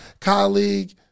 colleague